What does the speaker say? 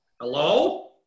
Hello